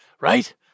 Right